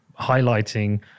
highlighting